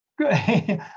good